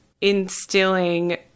instilling